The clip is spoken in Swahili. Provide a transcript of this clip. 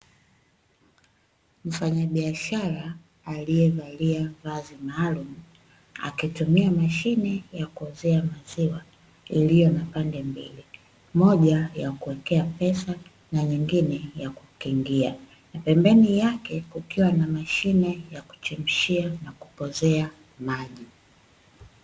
Mfanyabiashara aliyevalia vazi maalumu, akitumia mashine ya kuuzia maziwa iliyo na pande mbili. Moja ya kuwekea pesa na nyingine ya kukingia. Pembeni yake kukiwa na mashine ya kuchemshia na kupoozea maji.